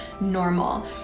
normal